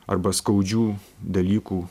arba skaudžių dalykų